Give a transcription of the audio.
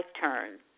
turn